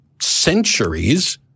centuries